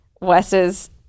Wes's